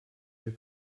your